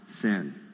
sin